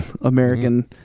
American